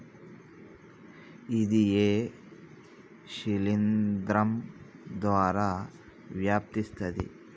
ఇది ఏ శిలింద్రం ద్వారా వ్యాపిస్తది?